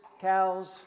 cows